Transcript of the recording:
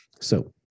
So-